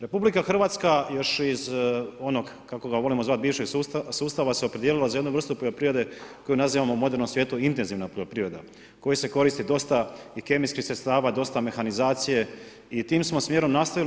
RH još iz onoga kako ga volimo zvati bivšeg sustava se opredijelila za jednu vrstu poljoprivrede koju nazivamo u modernom svijetu intenzivna poljoprivreda u kojoj se koristi dosta kemijskih sredstava i dosta mehanizacije i s tim smo smjerom nastavili.